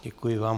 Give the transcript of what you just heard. Děkuji vám.